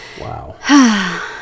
Wow